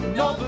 no